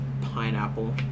pineapple